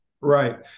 Right